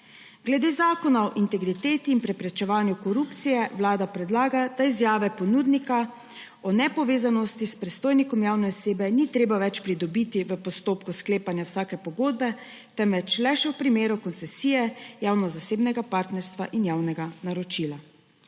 Glede Zakona o integriteti in preprečevanju korupcije Vlada predlaga, da izjave ponudnika o nepovezanosti s predstojnikom javne osebe ni treba več pridobiti v postopku sklepanja vsake pogodbe, temveč le še v primeru koncesije javno-zasebnega partnerstva in javnega naročila.